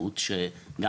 או חברת נאמנות,